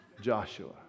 Joshua